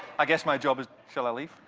i guess my job is shall i leave?